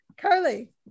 Carly